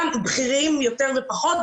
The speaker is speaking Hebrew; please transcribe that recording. חשובים מי יותר מי פחות,